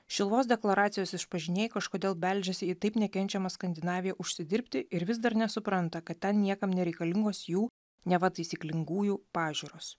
šiluvos deklaracijos išpažinėjai kažkodėl beldžiasi į taip nekenčiamą skandinaviją užsidirbti ir vis dar nesupranta kad ten niekam nereikalingos jų neva taisyklingųjų pažiūros